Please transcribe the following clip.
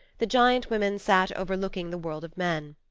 the giant women sat overlooking the world of men.